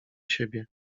siebie